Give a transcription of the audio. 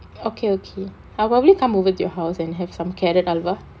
okay okay I'll probably come over to your house and have some carrot alvaa